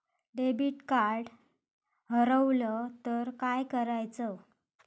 Debit card हरवल तर काय करायच?